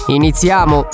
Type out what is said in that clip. iniziamo